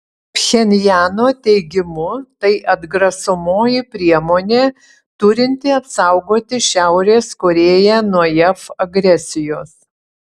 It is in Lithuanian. pchenjano teigimu tai atgrasomoji priemonė turinti apsaugoti šiaurės korėją nuo jav agresijos